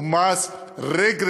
הוא מס רגרסיבי,